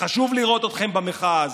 וחשוב לראות אתכם במחאה הזאת.